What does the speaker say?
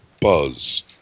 buzz